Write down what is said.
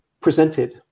presented